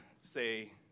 say